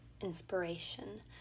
inspiration